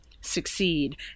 succeed